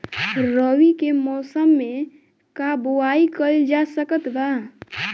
रवि के मौसम में का बोआई कईल जा सकत बा?